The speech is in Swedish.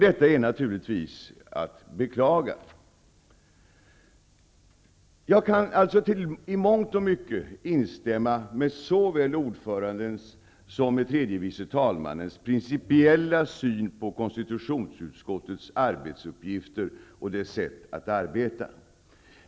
Detta är naturligtvis att beklaga. I mångt och mycket har jag samma principiella syn som ordföranden och tredje vice talmannen när det gäller konstitutionsutskottets arbetsuppgifter och dess sätt att arbeta.